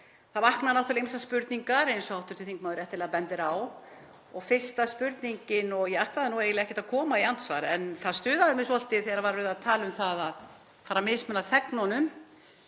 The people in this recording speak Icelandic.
Það vakna náttúrlega ýmsar spurningar eins og hv. þingmaður réttilega bendir á og fyrsta spurningin — ég ætlaði eiginlega ekki að koma í andsvar en það stuðaði mig svolítið þegar verið var að tala um að fara að mismuna þegnunum